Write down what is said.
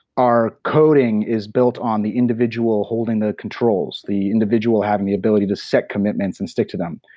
our coding is built on the individual holding the controls. the individual having the ability to set commitments and stick to them,